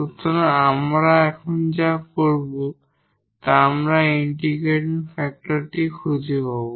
সুতরাং আমরা এখন যা করবো আমরা ইন্টিগ্রেটিং ফ্যাক্টরটি খুঁজে পাব